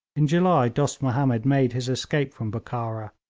in july dost mahomed made his escape from bokhara,